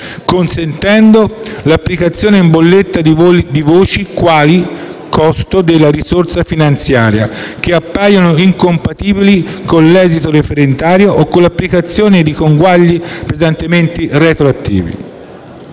fossero applicate in bolletta voci, quali quelle relative al costo della risorsa finanziaria, che appaiono incompatibili con l'esito referendario o con l'applicazione di conguagli pesantemente retroattivi.